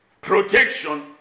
protection